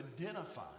identify